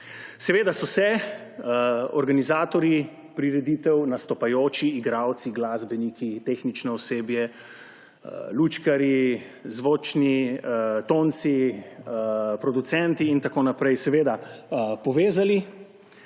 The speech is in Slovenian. Seveda so se organizatorji prireditev, nastopajoči, igralci, glasbeniki, tehnično osebje, lučkarji, zvočni tonci, producenti in tako naprej seveda povezali,